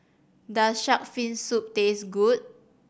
does shark fin soup taste good